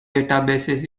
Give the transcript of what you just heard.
databases